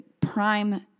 prime